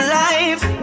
life